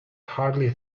hardly